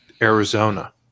Arizona